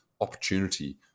opportunity